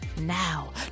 now